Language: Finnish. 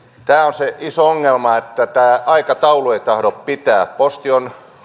se iso ongelma että tämä aikataulu ei tahdo pitää posti on